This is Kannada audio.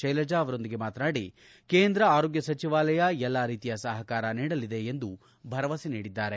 ಶೈಲಜಾ ಅವರೊಂದಿಗೆ ಮಾತನಾದಿ ಕೇಂದ್ರ ಆರೋಗ್ಯ ಸಚಿವಾಲಯ ಎಲ್ಲ ರೀತಿಯ ಸಹಕಾರ ನೀಡಲಿದೆ ಎಂದು ಭರವಸೆ ನೀಡಿದ್ದಾರೆ